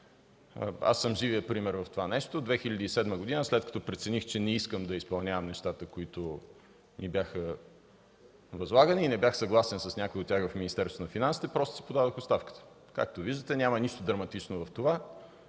Аз съм живият пример за това нещо. През 2007 г. след като прецених, че не искам да изпълнявам нещата, които ми бяха възлагани и не бях съгласен с някои от тях в Министерството на финансите, просто си подадох оставката. Както виждате, няма нищо драматично в това,